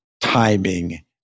timing